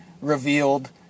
revealed